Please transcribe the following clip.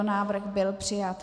Návrh byl přijat.